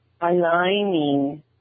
aligning